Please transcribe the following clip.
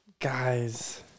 Guys